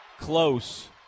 Close